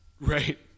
Right